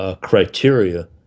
criteria